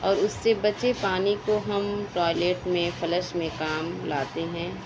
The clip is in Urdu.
اور اُس سے بچے پانی کو ہم ٹوائلٹ میں فلش میں کام لاتے ہیں